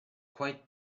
quite